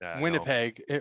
Winnipeg